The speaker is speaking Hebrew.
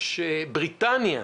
שבריטניה